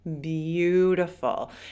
Beautiful